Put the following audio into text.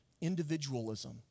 individualism